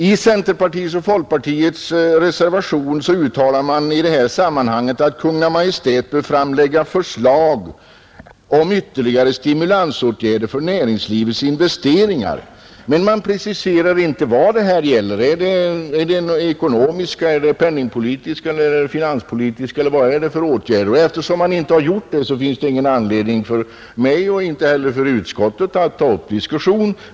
I centerpartiets och folkpartiets reservation uttalar man i det här sammanhanget att Kungl. Maj:t bör framlägga förslag om ytterligare stimulansåtgärder för näringslivets investeringar, men man preciserar inte vad det gäller. Är det ekonomiska eller penningpolitiska eller finanspolitiska åtgärder, eller vad är det fråga om? Därför finns det ingen anledning för mig och inte heller för utskottet att ta upp någon diskussion.